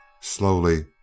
Slowly